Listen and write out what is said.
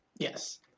Yes